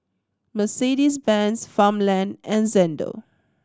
Mercedes Benz Farmland and Xndo